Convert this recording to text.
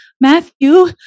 Matthew